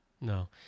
no